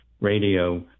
Radio